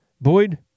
Boyd